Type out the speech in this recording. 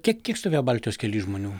kiek kiek stovėjo baltijos kely žmonių